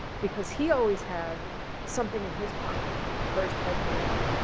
because he always had something in his pocket first hezbollah,